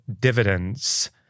dividends